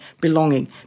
belonging